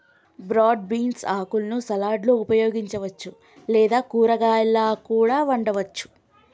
broad beans ఆకులను సలాడ్లలో ఉపయోగించవచ్చు లేదా కూరగాయాలా కూడా వండవచ్చు